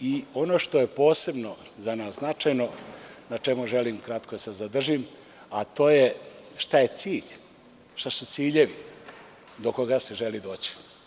i ono što je posebno za nas značajno, na čemu želim da se kratko zadržim, a to je šta je cilj, šta su ciljevi do koga se želi doći.